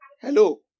Hello